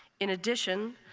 in addition,